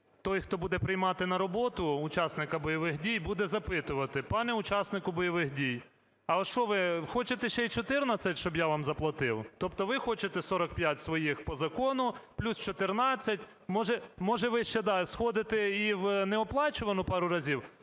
той, хто буде приймати на роботу учасника бойових дій, буде запитувати: "Пане учаснику бойових дій, а що ви хочете, ще й 14 щоб я вам заплатив? Тобто ви хочете 45 своїх по закону плюс 14? Може, ви, да, ще сходите і в неоплачувану пару разів?